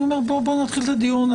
בואו נתחיל את הדיון,